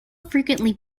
frequently